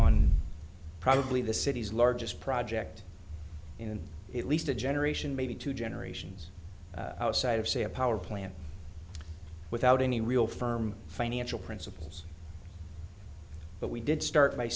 on probably the city's largest project in at least a generation maybe two generations outside of say a power plant without any real firm financial principles but we did start by